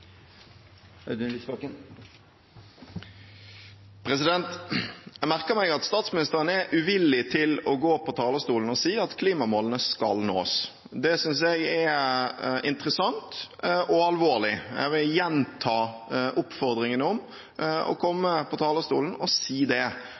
uvillig til å gå på talerstolen og si at klimamålene skal nås. Det synes jeg er interessant og alvorlig. Jeg vil gjenta oppfordringen om å komme